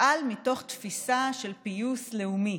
ותפעל מתוך תפיסה של פיוס לאומי.